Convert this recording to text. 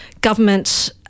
government